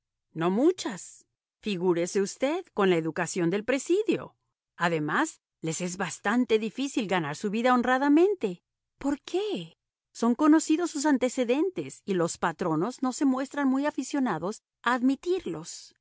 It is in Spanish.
no muchas figúrese usted con la educación del presidio además les es bastante difícil ganar su vida honradamente por qué son conocidos sus antecedentes y los patronos no se muestran muy aficionados a admitirlos